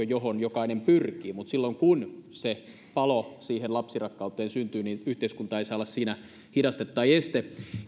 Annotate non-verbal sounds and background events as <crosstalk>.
<unintelligible> johon jokainen pyrkii vaan silloin kun se palo siihen lapsirakkauteen syntyy yhteiskunta ei saa olla siinä hidaste tai este